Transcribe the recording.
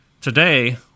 today